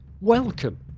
welcome